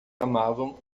amavam